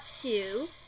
two